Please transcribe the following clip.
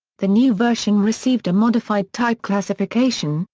the new version received a modified type classification,